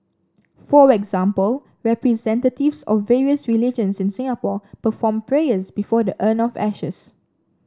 for example representatives of various religions in Singapore performed prayers before the urn of ashes